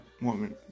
woman